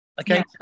Okay